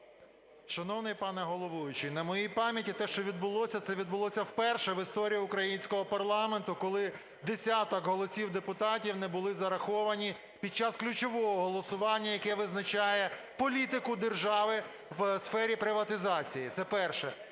Шановний пане головуючий, на моїй пам'яті те, що відбулося, це відбулося вперше в історії українського парламенту, коли десяток голосів депутатів не були зараховані під час ключового голосування, яке визначає політику держави в сфері приватизації. Це перше.